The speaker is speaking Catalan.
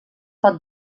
pot